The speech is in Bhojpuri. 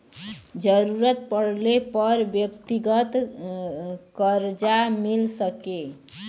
जरूरत पड़ले पर व्यक्तिगत करजा मिल सके